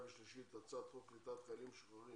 ושלישית של הצעת חוק קליטת חיילים משוחררים